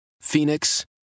Phoenix